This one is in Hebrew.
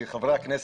אני, במקרה,